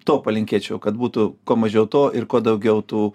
to palinkėčiau kad būtų kuo mažiau to ir kuo daugiau tų